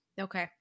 Okay